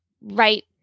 right